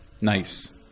Nice